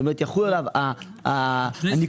הן לצרכי מס הכנסה והן לצרכי ביטוח לאומי.